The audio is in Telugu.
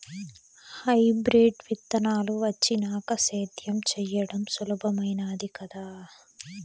హైబ్రిడ్ విత్తనాలు వచ్చినాక సేద్యం చెయ్యడం సులభామైనాది కదా